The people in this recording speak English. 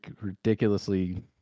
ridiculously